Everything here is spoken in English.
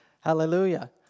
Hallelujah